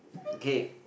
okay